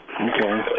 Okay